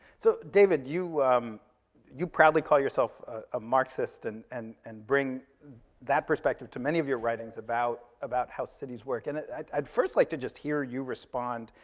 so david, you you proudly call yourself a marxist, and and and bring that perspective to many of your writings about about how cities work. and i'd i'd first like to just hear you respond,